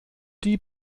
die